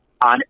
on